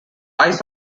eyes